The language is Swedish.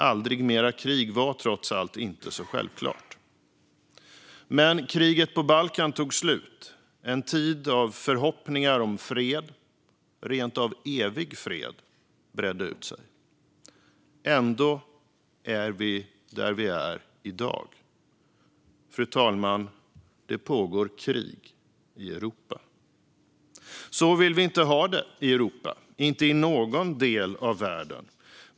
"Aldrig mer krig" var trots allt inte så självklart. Men krigen på Balkan tog slut, och en tid av förhoppningar om fred - rent av evig fred - bredde ut sig. Ändå är vi där vi är i dag. Fru talman! Det pågår krig i Europa. Så vill vi inte ha det i Europa. Vi vill inte ha det så i någon del av världen.